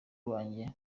wanjye